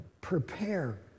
Prepare